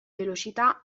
velocità